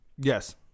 Yes